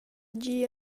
dir